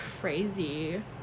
crazy